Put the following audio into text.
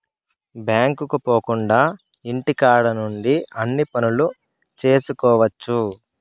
బ్యాంకుకు పోకుండా ఇంటికాడ నుండి అన్ని పనులు చేసుకోవచ్చు